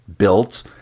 built